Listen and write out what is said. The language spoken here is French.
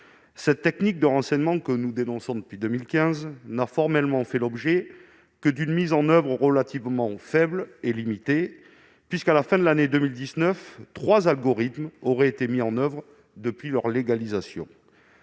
Cette technique de renseignement, que nous dénonçons depuis 2015, n'a formellement fait l'objet que d'une application relativement faible et limitée : à la fin de l'année 2019, trois algorithmes auraient été mis en oeuvre depuis leur légalisation.